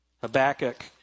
Habakkuk